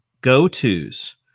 go-to's